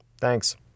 Thanks